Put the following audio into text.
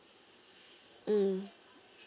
mm